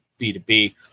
B2B